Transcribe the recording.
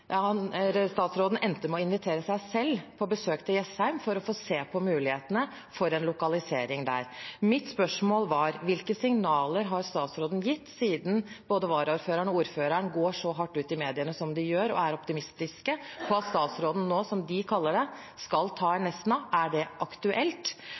Statsråden endte med å invitere seg selv på besøk til Jessheim for å få se på mulighetene for en lokalisering der. Mitt spørsmål var: Hvilke signaler har statsråden gitt siden både varaordføreren og ordføreren går så hardt ut i mediene som de gjør, og er optimistiske når det gjelder at statsråden nå skal ta en Nesna, som de kaller det.